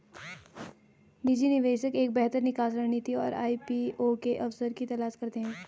निजी निवेशक एक बेहतर निकास रणनीति और आई.पी.ओ के अवसर की तलाश करते हैं